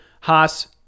Haas